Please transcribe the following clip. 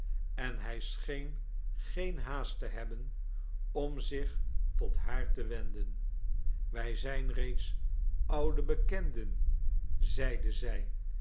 en hij scheen geen haast te hebben om zich tot haar te wenden wij zijn reeds oude bekenden zeide zij